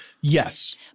Yes